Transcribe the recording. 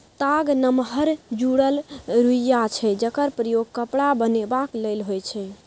ताग नमहर जुरल रुइया छै जकर प्रयोग कपड़ा बनेबाक लेल होइ छै